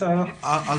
דובר על